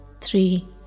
three